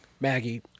Maggie